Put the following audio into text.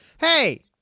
Hey